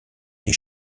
des